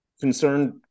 concerned